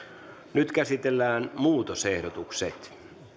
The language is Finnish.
nyt käsitellään muutosehdotukset